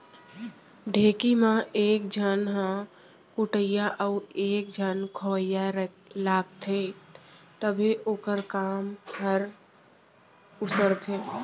ढेंकी म एक झन ह कुटइया अउ एक झन खोवइया लागथे तभे ओखर काम हर उसरथे